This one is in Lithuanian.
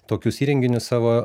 tokius įrenginius savo